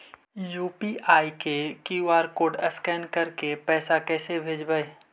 UPI के QR code scan करके पैसा कैसे भेजबइ?